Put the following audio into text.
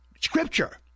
Scripture